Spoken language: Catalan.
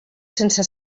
sense